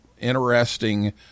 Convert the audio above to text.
interesting